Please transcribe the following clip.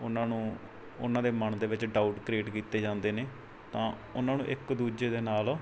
ਉਹਨਾਂ ਨੂੰ ਉਹਨਾਂ ਦੇ ਮਨ ਦੇ ਵਿੱਚ ਡਾਊਟ ਕ੍ਰੀਏਟ ਕੀਤੇ ਜਾਂਦੇ ਨੇ ਤਾਂ ਉਹਨਾਂ ਨੂੰ ਇੱਕ ਦੂਜੇ ਦੇ ਨਾਲ